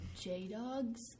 J-Dogs